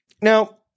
Now